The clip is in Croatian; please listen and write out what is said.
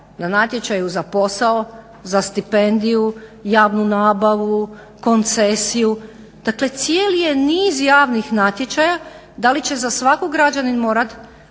Na natječaju za posao, za stipendiju, javnu nabavu, koncesiju, dakle cijeli je niz javnih natječaja. Da li će za svaku građanin morati